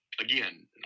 again